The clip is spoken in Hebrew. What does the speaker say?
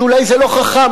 שאולי זה לא חכם.